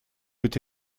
быть